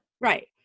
Right